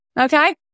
okay